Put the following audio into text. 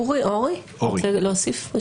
אורי, רוצה להוסיף?